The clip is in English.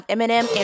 Eminem